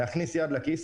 להכניס יד לכיס